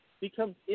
becomes